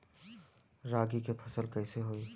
रागी के फसल कईसे होई?